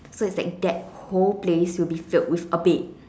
so it's like that whole place will be filled with a bed